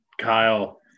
Kyle